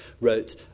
wrote